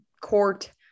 court